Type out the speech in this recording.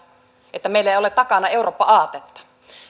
että meillä ei ole takana eurooppa aatetta